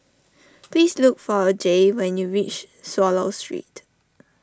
please look for a Jaye when you reach Swallow Street